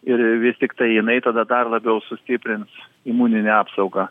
ir vis tiktai jinai tada dar labiau sustiprins imuninę apsaugą